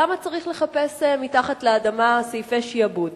למה צריך לחפש מתחת לאדמה סעיפי שעבוד?